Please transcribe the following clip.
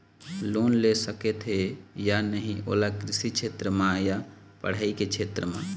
Loan ले सकथे या नहीं ओला कृषि क्षेत्र मा या पढ़ई के क्षेत्र मा?